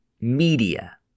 media